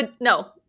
No